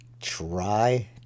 try